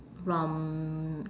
from